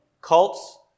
cults